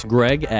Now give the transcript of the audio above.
Greg